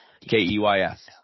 K-E-Y-S